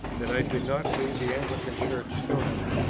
that i did not leave the anglican church sooner.